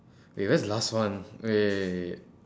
wait where's the last one wait wait wait wait wait